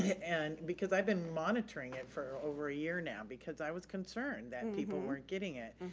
and because i've been monitoring it for over a year now, because i was concerned that people weren't getting it.